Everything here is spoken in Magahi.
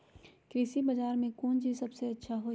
कृषि बजार में कौन चीज सबसे अच्छा होई?